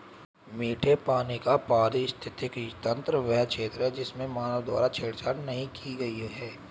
मीठे पानी का पारिस्थितिकी तंत्र वह क्षेत्र है जिसमें मानव द्वारा छेड़छाड़ नहीं की गई है